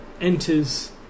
enters